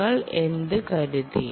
നിങ്ങൾ എന്ത് കരുതി